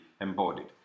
embodied